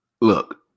look